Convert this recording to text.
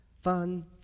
fun